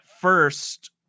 first